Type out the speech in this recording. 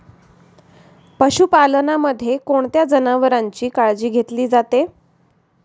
पशुपालनामध्ये कोणत्या जनावरांची काळजी घेतली जाते?